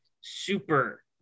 Super